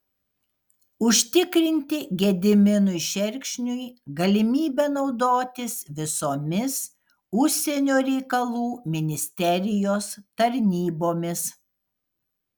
užtikrinti gediminui šerkšniui galimybę naudotis visomis užsienio reikalų ministerijos tarnybomis